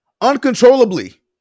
uncontrollably